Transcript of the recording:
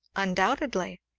undoubtedly!